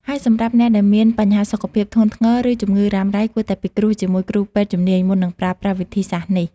ហើយសម្រាប់អ្នកដែលមានបញ្ហាសុខភាពធ្ងន់ធ្ងរ ឬជំងឺរ៉ាំរ៉ៃ គួរតែពិគ្រោះជាមួយគ្រូពេទ្យជំនាញ មុននឹងប្រើប្រាស់វិធីសាស្ត្រនេះ។